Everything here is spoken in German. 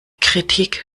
kritik